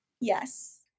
Yes